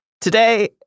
Today